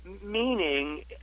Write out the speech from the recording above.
meaning